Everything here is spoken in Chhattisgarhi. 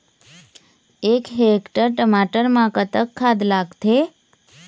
एक हेक्टेयर टमाटर म कतक खाद लागथे?